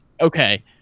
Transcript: okay